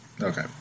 Okay